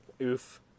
Oof